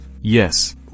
Yes